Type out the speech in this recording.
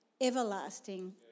everlasting